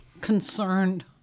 concerned